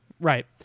Right